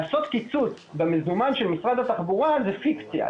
לעשות קיצוץ במזומן של משרד התחבורה זה פיקציה.